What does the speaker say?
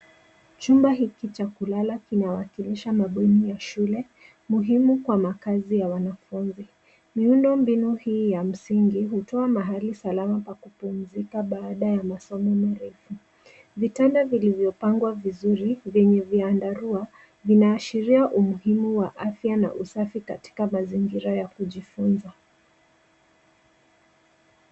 Chumba hiki cha kulala kinaonyesha mabweni ya shule, ambayo ni muhimu kwa makazi ya wanafunzi. Miundombinu yake ya msingi inatoa mahali salama. Vitanda vimepangwa vizuri, vikiwa na vyandarua, vinavyoashiria umuhimu wa afya na ustawi katika mazingira ya kujifunzia.